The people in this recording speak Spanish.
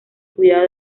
cuidado